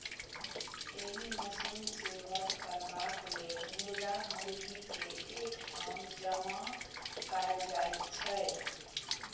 एहि मशीन सॅ वध करबाक लेल मुर्गा मुर्गी के एक ठाम जमा कयल जाइत छै